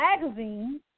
magazine